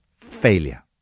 failure